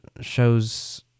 shows